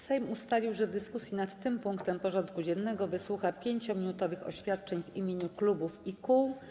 Sejm ustalił, że w dyskusji nad tym punktem porządku dziennego wysłucha 5-minutowych oświadczeń w imieniu klubów i kół.